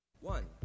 One